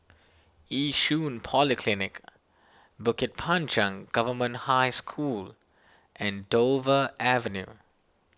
Yishun Polyclinic Bukit Panjang Government High School and Dover Avenue